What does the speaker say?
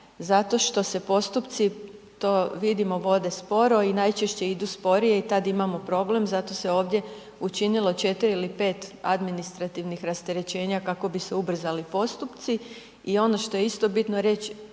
zato što se postupci, to vidimo, vode sporo i najčešće idu sporije i tad imamo problem, zato se ovdje učinilo 4 ili 5 administrativnih rasterećenja kako bi se ubrzali postupci i ono što je isto bitno reći,